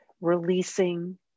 releasing